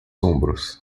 ombros